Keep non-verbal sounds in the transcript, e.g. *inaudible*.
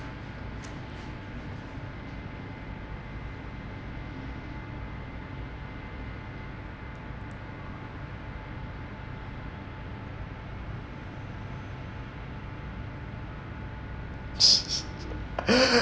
*laughs*